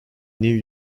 new